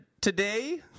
today